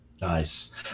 Nice